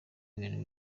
ibintu